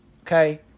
okay